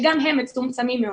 כשגם הם מצומצמים מאוד,